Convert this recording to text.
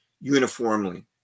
uniformly